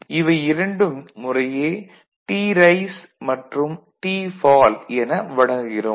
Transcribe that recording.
இவை இரண்டும் முறையே trise மற்றும் tfall என வழங்குகிறோம்